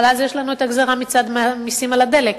אבל אז יש לנו את הגזירה מצד מסים על הדלק.